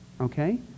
Okay